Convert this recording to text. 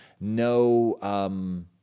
no